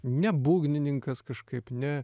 ne būgnininkas kažkaip ne